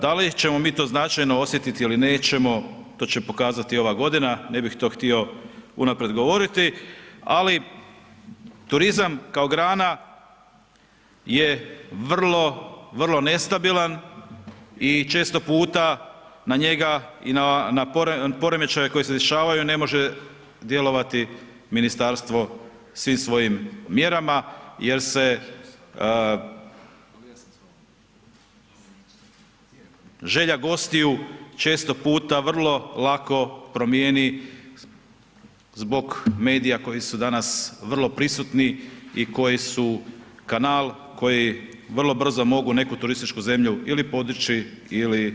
Da li ćemo mi to značajno osjetiti ili nećemo, to će pokazati ova godina, ne bih to htio unaprijed govoriti ali turizam kao grana je vrlo, vrlo nestabilan i često puta na njega i na poremećaje koji se dešavaju ne može djelovati ministarstvo svim svojim mjerama jer se želja gostiju često puta vrlo lako primijeni zbog medija koji su danas vrlo prisutni i koji su kanal koji vrlo brzo mogu neku turističku zemlju ili podići ili